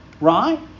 right